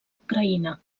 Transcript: ucraïna